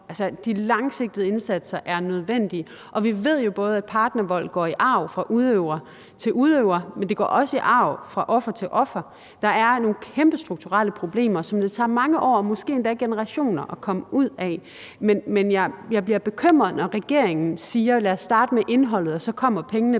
De langsigtede indsatser er nødvendige, og vi ved jo, at partnervold både går i arv fra udøver til udøver, men det går også i arv fra offer til offer. Der er nogle kæmpe strukturelle problemer, som det tager mange år, måske endda generationer, at komme ud af. Men jeg bliver bekymret, når regeringen siger: Lad os starte med indholdet, og så kommer pengene